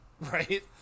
Right